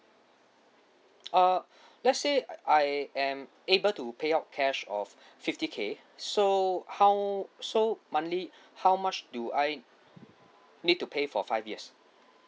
uh let's say I am able to payout cash of fifty K so how so monthly how much do I need to pay for five years